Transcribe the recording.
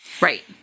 right